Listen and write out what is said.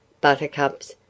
buttercups